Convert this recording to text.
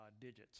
digits